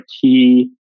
key